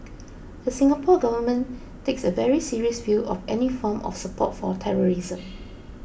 the Singapore Government takes a very serious view of any form of support for terrorism